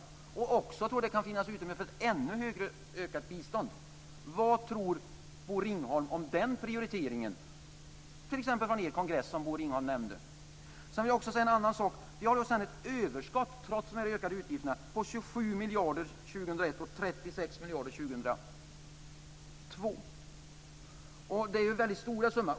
Jag tror också att det kan finnas utrymme för ett ännu högre ökat bistånd. Vad tror Bosse Ringholm om den prioriteringen? Vad sade ni på er kongress om det? Sedan har vi en annan sak också. Trots de här ökade utgifterna har vi ett överskott på 27 miljarder 2001 och 36 miljarder 2002. Det är väldigt stora summor.